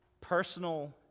personal